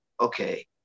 okay